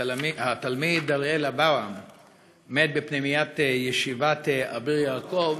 התלמיד א"א מת בפנימיית ישיבת "אביר יעקב"